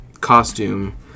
costume